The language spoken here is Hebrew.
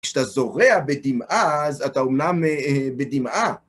כשאתה זורע בדמעה, אז אתה אומנם, אה... אה... בדמעה.